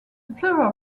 plural